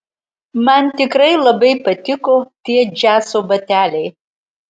man tikrai labai patiko tie džiazo bateliai